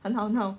很好很好